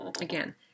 again